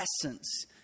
essence